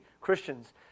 Christians